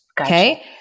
Okay